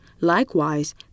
Likewise